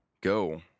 go